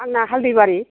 आंना हाल्दिबारि